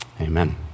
Amen